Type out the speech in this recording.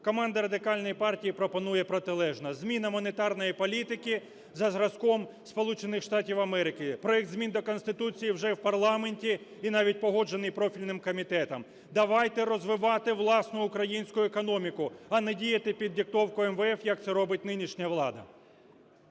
Команда Радикальної партії пропонує протилежне: зміна монетарної політики за зразком Сполучених Штатів Америки. Проект зміни до Конституції вже в парламенті і навіть погоджений профільним комітетом. Давайте розвивати власну українську економіку, а не діяти під диктовку МВФ, як це робить нинішня влада.